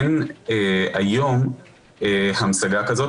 אין היום המשגה כזו,